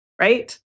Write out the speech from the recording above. Right